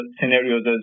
scenarios